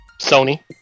Sony